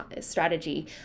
strategy